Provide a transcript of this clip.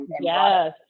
Yes